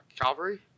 Calvary